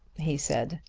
he said,